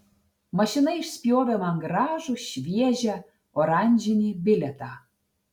mašina išspjovė man gražų šviežią oranžinį bilietą